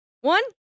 one